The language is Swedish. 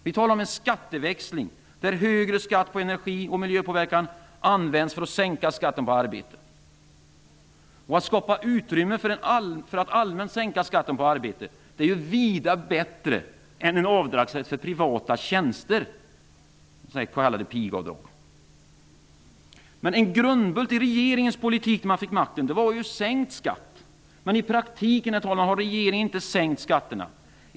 Vi talar om en skatteväxling där högre skatt på energi och miljöpåverkan används för att sänka skatten på arbete. Att skapa utrymme för att allmänt sänka skatten på arbete är vida bättre än avdragsrätt för privata tjänster, s.k. pigavdrag. Herr talman! En grundbult i regeringens politik när man fick makten var sänkt skatt. I praktiken har regeringen inte sänkt skatterna.